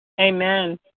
Amen